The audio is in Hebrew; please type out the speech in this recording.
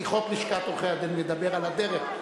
כי חוק לשכת עורכי-הדין מדבר על הדרך.